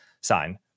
sign